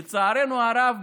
לצערנו הרב,